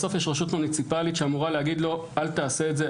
בסוף יש רשות מוניציפלית שאמורה להגיד לו: אל תעשה את זה,